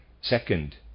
Second